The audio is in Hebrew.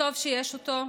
וטוב שיש אותו,